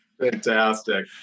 Fantastic